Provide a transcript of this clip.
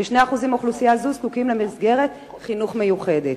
כ-2% מהאוכלוסייה הזו זקוקים למסגרת חינוך מיוחדת.